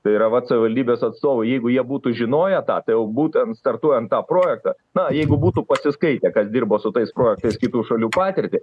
tai yra vat savivaldybės atstovai jeigu jie būtų žinoję tą tai jau būtent startuojant tą projektą na jeigu būtų pasiskaitę kas dirbo su tais projektais kitų šalių patirtį